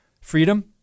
freedom